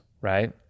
right